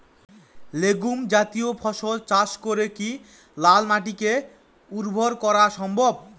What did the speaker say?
Legume জাতীয় ফসল চাষ করে কি লাল মাটিকে উর্বর করা সম্ভব?